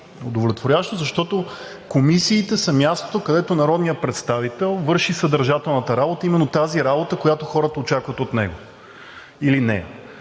удовлетворяващо, защото комисиите са мястото, където народният представител върши съдържателната работа, а именно тази работа, която хората очакват от него или не.